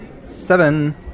seven